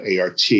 ART